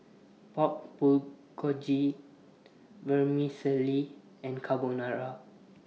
Pork Bulgogi Vermicelli and Carbonara